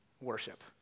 worship